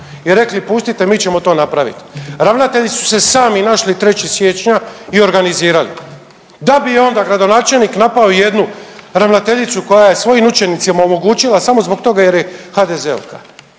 i rekli pustite, mi ćemo to napraviti. Ravnatelji su se sami našli 3. siječnja i organizirali da bi onda gradonačelnik napao jednu ravnateljicu koja je svojim učenicima omogućila samo zbog toga jer je HDZ-ovka